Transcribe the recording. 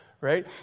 right